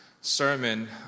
sermon